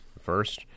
First